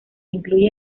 incluye